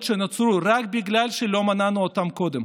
שנוצרו רק בגלל שלא מנענו אותן קודם.